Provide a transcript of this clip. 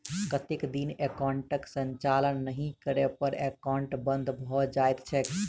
कतेक दिन एकाउंटक संचालन नहि करै पर एकाउन्ट बन्द भऽ जाइत छैक?